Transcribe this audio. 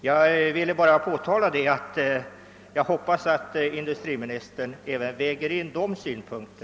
Jag ville bara påpeka att jag hoppas att industriministern även kommer att väga in dessa synpunkter.